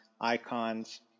icons